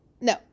No